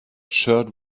shirt